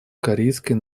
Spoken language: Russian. корейской